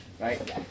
Right